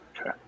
Okay